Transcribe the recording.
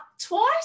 twice